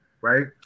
right